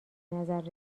نظر